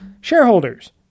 shareholders